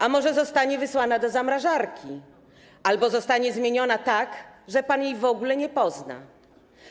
A może zostanie wysłana do zamrażarki albo zostanie zmieniona tak, że pan jej w ogóle nie pozna?